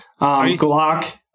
Glock